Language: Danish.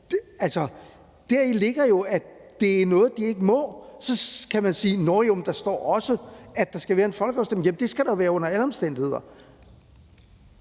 Deri ligger jo, at det er noget, de ikke må. Så kan man sige: Nå jo, der står jo også, at der skal være en folkeafstemning. Ja, det skal der være under alle omstændigheder.